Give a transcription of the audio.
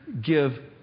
give